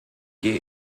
gehe